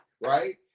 right